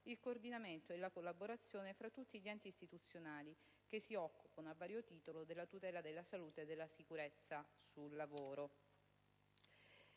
il coordinamento e la collaborazione fra tutti gli enti istituzionali che si occupano, a vario titolo, della tutela della salute e della sicurezza sul lavoro,